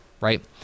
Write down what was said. right